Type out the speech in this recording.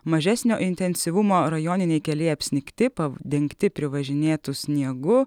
mažesnio intensyvumo rajoniniai keliai apsnigti padengti privažinėtu sniegu